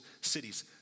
cities